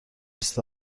بیست